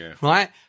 right